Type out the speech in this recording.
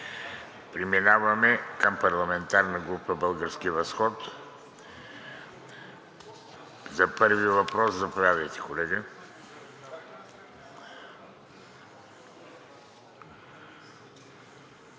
Преминаваме към парламентарна група „Български възход“ за първи въпрос. Заповядайте, колега.